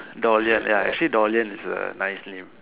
Dol ya ya actually Dolian is a nice name